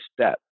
step